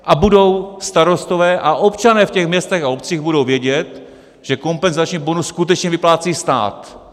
A budou starostové a občané v těch městech a obcích vědět, že kompenzační bonus skutečně vyplácí stát.